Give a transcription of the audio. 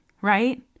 right